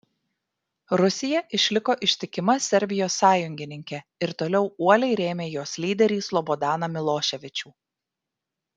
rusija išliko ištikima serbijos sąjungininkė ir toliau uoliai rėmė jos lyderį slobodaną miloševičių